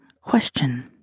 question